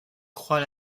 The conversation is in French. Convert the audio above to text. croix